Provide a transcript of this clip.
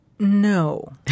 No